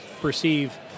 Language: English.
perceive